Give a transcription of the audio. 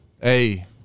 Hey